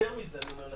יותר מזה אני אומר לך,